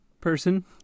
person